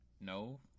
no